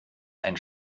ein